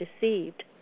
deceived